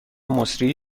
مسری